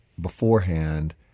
beforehand